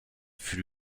fut